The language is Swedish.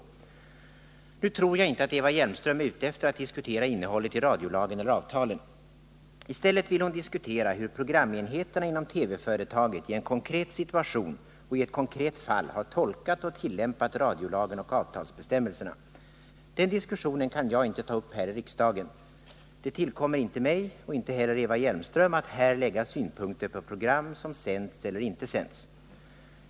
Nu tror jag inte att Eva Hjelmström är ute efter att diskutera innehållet i radiolagen eller avtalen. I stället vill hon diskutera hur programenheterna inom TV-företaget i en konkret situation och i ett konkret fall har tolkat och tillämpat radiolagen och avtalsbestämmelserna. Den diskussionen kan jag inte ta upp här i riksdagen. Det tillkommer inte mig — och inte heller Eva Hjelmström — att här lägga synpunkter på program som sänts eller inte sänts.